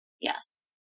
Yes